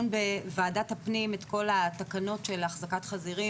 בוועדת הפנים את כל התקנות של החזקת חזירים.